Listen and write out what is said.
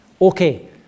Okay